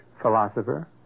philosopher